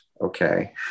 okay